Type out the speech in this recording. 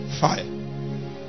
Fire